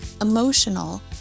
emotional